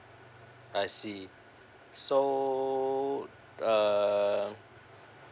I see so uh